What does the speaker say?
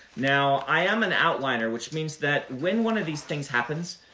now, i am an outliner, which means that when one of these things happens,